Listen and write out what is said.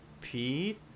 Pete